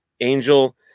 Angel